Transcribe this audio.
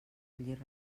collir